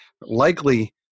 Likely